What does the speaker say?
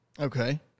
Okay